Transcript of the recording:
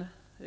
på.